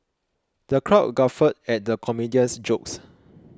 the crowd guffawed at the comedian's jokes